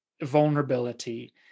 vulnerability